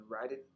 riding